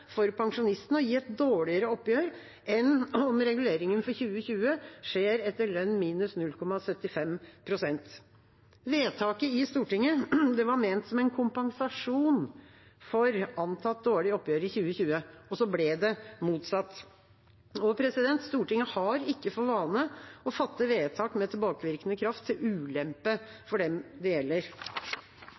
for pensjonistene og gi et dårligere oppgjør enn om reguleringen for 2020 skjer etter lønn minus 0,75 pst. Vedtaket i Stortinget var ment som en kompensasjon for et antatt dårlig oppgjør i 2020, og så ble det motsatt. Stortinget har ikke for vane å fatte vedtak med tilbakevirkende kraft til ulempe for dem det gjelder.